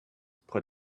put